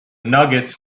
nuggets